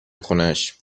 خونش